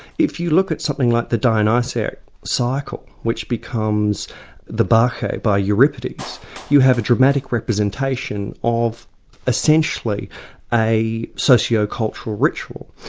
if you look at something like the dionysiac cycle which becomes the bacchae by euripides you have a dramatic representation of essentially a socio-cultural ritual.